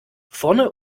vorne